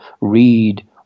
read